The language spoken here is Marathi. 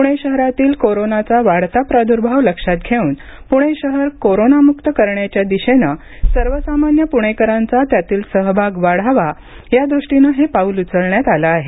पुणे शहरातील कोरोनाचा वाढता प्रादुर्भाव लक्षात घेऊन पुणे शहर कोरोनामुक्त करण्याच्या दिशेनं सर्वसामान्य पुणेकरांचा त्यातील सहभाग वाढावा यादृष्टीनं हे पाऊल उचलण्यात आलं आहे